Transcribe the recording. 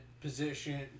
position